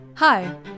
Hi